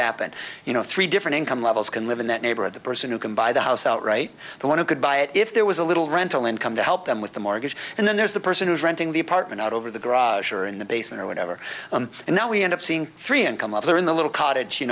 happen you know three different income levels can live in that neighborhood the person who can buy the house outright the one who could buy it if there was a little rental income to help them with the mortgage and then there's the person who's renting the apartment over the garage or in the basement or whatever and now we end up seeing three and come up there in the little cottage you